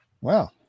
Wow